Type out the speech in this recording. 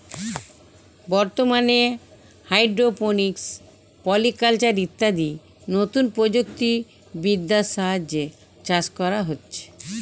বর্তমানে hydroponics, polyculture ইত্যাদি নতুন প্রযুক্তি বিদ্যার সাহায্যে চাষ করা হচ্ছে